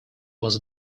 was